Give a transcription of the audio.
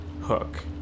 hook